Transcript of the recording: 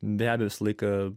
be visą laiką